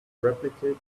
replicate